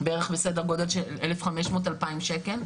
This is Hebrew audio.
בערך בסדר גודל של 1,500 עד 2,000 שקלים.